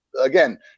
again